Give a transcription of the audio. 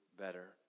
better